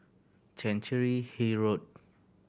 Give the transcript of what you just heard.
Chancery Hill Road